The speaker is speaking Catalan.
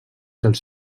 dels